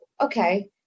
okay